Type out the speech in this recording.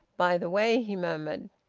by the way, he murmured,